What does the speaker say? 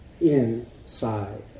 inside